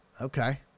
Okay